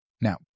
Now